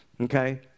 Okay